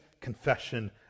confession